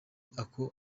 uko